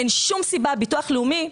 ביטוח לאומי,